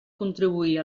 contribuir